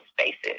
spaces